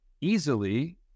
easily